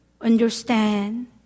understand